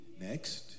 next